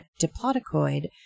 diplodocoid